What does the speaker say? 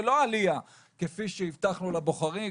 ולא עלייה כפי שהבטחנו לבוחרים,